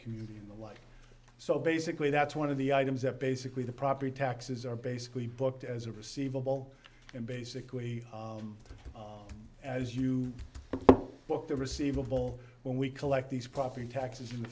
community the life so basically that's one of the items that basically the property taxes are basically booked as a receivable and basically as you book the receivable when we collect these property taxes in the